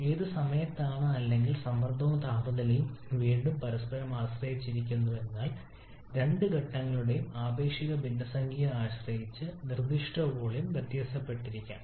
ഏത് സമയത്താണ് അല്ലെങ്കിൽ സമ്മർദ്ദവും താപനിലയും വീണ്ടും പരസ്പരം ആശ്രയിച്ചിരിക്കുന്നു എന്നാൽ രണ്ട് ഘട്ടങ്ങളുടെയും ആപേക്ഷിക ഭിന്നസംഖ്യയെ ആശ്രയിച്ച് നിർദ്ദിഷ്ട വോളിയം വ്യത്യാസപ്പെട്ടിരിക്കാം